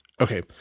Okay